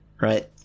Right